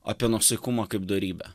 apie nuosaikumą kaip dorybę